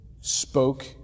Spoke